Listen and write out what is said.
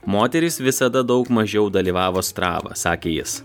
moterys visada daug mažiau dalyvavo strava sakė jis